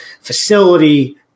facility